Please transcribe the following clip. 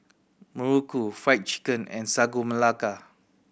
muruku Fried Chicken and Sagu Melaka